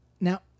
now